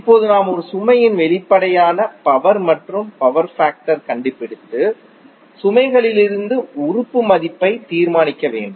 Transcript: இப்போது நாம் ஒரு சுமையின் வெளிப்படையான பவர் மற்றும் பவர் ஃபேக்டர் கண்டுபிடித்து சுமைகளிலிருந்து உறுப்பு மதிப்பை தீர்மானிக்க வேண்டும்